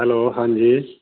hello ਹਾਂਜੀ